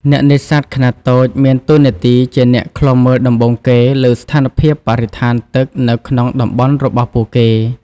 អ្នកនេសាទខ្នាតតូចមានតួនាទីជា អ្នកឃ្លាំមើល ដំបូងគេលើស្ថានភាពបរិស្ថានទឹកនៅក្នុងតំបន់របស់ពួកគេ។